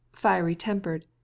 fiery-tempered